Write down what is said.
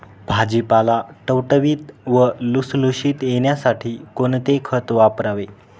भाजीपाला टवटवीत व लुसलुशीत येण्यासाठी कोणते खत वापरावे?